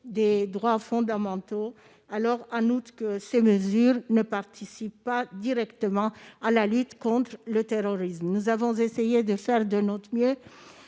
des droits fondamentaux, d'autant que de telles mesures ne participent pas directement à la lutte contre le terrorisme. Nous avons essayé de faire en sorte que